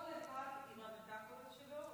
כל אחד עם המטפורות שלו,